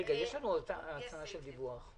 רגע, יש לנו הצעה של דיווח?